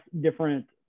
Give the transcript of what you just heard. different